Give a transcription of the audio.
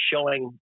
showing